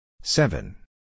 seven